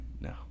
no